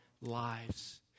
lives